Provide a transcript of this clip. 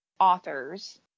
authors